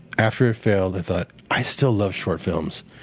after it failed i thought, i still love short films.